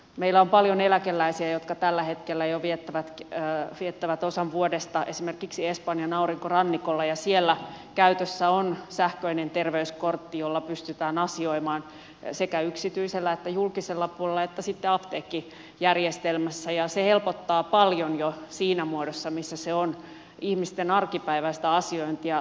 meillä on paljon eläkeläisiä jotka tällä hetkellä jo viettävät osan vuodesta esimerkiksi espanjan aurinkorannikolla ja siellä käytössä on sähköinen terveyskortti jolla pystytään asioimaan sekä yksityisellä että julkisella puolella että sitten apteekkijärjestelmässä ja se helpottaa paljon jo siinä muodossa missä se on ihmisten arkipäiväistä asiointia